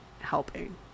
helping